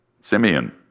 Simeon